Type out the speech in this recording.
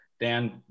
Dan